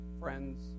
friends